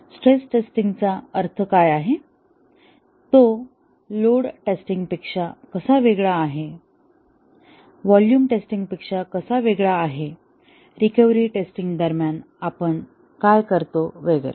stress testing चा अर्थ काय आहे तो लोड टेस्टिंग पेक्षा कसा वेगळा आहे व्हॉल्यूम टेस्टिंग पेक्षा कसा वेगळा आहे रिकव्हरी टेस्टिंग दरम्यान आपण काय करतो वगैरे